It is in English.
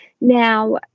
Now